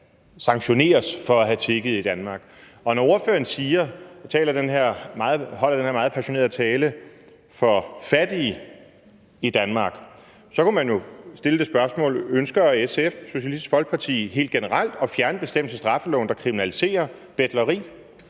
sanktioneres for at have tigget i Danmark. Når ordføreren holder den her meget passionerede tale for fattige i Danmark, kunne man jo stille spørgsmålet: Ønsker SF, Socialistisk Folkeparti, helt generelt at fjerne bestemmelsen i straffeloven, der kriminaliserer betleri?